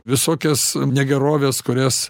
visokias negeroves kurias